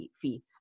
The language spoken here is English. fee